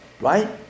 Right